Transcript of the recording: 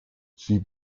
sie